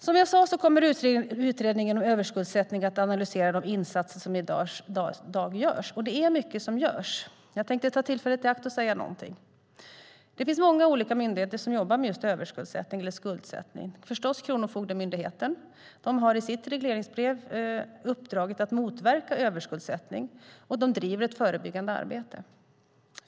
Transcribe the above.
Som jag sade kommer utredningen om överskuldsättning att analysera de insatser som i dag görs, och det är mycket som görs. Jag tänkte ta tillfället i akt och säga någonting om det. Det finns många olika myndigheter som jobbar med just skuldsättning. Kronofogdemyndigheten är förstås en. De har i sitt regleringsbrev uppdraget att motverka överskuldsättning, och de bedriver ett förebyggande arbete.